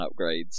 upgrades